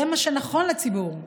זה מה שנכון לציבור,